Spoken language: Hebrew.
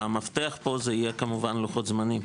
המפתח יהיה לוחות זמנים